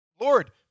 Lord